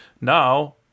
Now